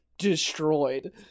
destroyed